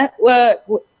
Network